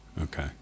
Okay